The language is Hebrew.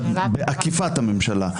בעקיפת הממשלה?